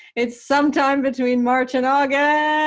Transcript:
it's sometime between march and august yeah!